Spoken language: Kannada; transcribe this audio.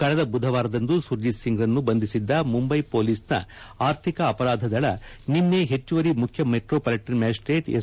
ಕಳೆದ ಬುಧವಾರದಂದು ಸುರ್ಜಿತ್ ಸಿಂಗ್ರನ್ನು ಬಂಧಿಸಿದ್ದ ಮುಂಬೈ ಪೊಲೀಸ್ನ ಆರ್ಥಿಕ ಅಪರಾಧ ದಳ ನಿನ್ನೆ ಹೆಚ್ಚುವರಿ ಮುಖ್ಯ ಮೆಟ್ರೋಪಾಲಿಟನ್ ಮ್ಯಾಜಿಸ್ಟೇಟ್ ಎಸ್